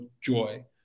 joy